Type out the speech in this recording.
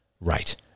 right